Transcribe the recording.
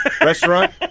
Restaurant